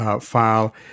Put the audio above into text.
file